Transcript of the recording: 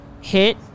hit